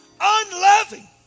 unloving